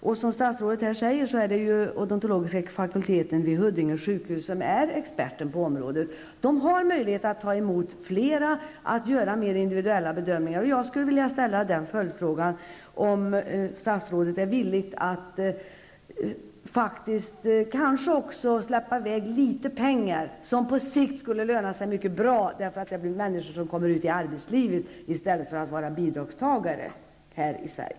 Och som statsrådet säger är det den odontologiska fakulteten vid Huddinge sjukhus som är expert på området. Där har man möjlighet att ta emot fler personer och att göra mer individuella bedömningar. Jag skulle vilja ställa en följdfråga: Är statsrådet villig att släppa i väg litet pengar, vilket på sikt skulle löna sig mycket bra, eftersom detta kommer att leda till att människor kommer ut i arbetslivet i stället för att vara bidragstagare här i Sverige?